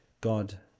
God